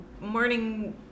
morning